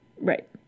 Right